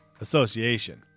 Association